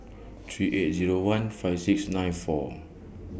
three eight Zero one five six nine four